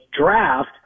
draft